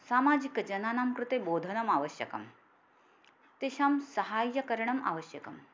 सामाजिकजनानां कृते बोधनम् आवश्यकं तेषां सहायकरणम् आवश्यकम्